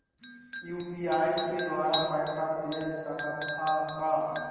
UPI के द्वारा पैसा भेज सकत ह का?